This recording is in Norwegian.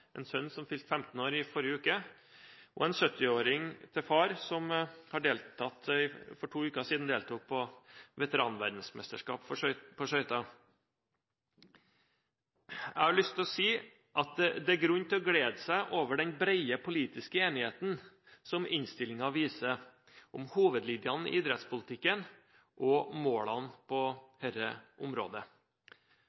en sønn som fylte 15 år i forrige uke, og en 70-åring til far, som for to uker siden deltok i veteranverdensmesterskapet på skøyter. Jeg har lyst til å si at det er grunn til å glede seg over den brede politiske enigheten som innstillingen viser om hovedlinjene i idrettspolitikken og målene på